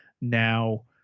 now